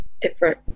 different